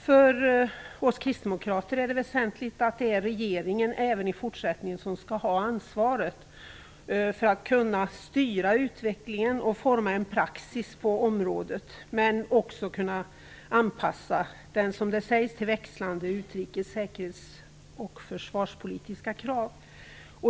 För oss kristdemokrater är det väsentligt att regeringen även i fortsättningen skall ha ansvaret för att styra utvecklingen och forma en praxis på området. Men regeringen skall också, som det sägs, kunna anpassa praxis till växlande utrikes-, säkerhets och försvarspolitiska krav.